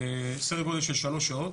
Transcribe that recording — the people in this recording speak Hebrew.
סדר גודל של 3 שעות.